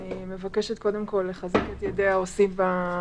אני מבקשת קודם כל לחזק את ידי העושים במלאכה.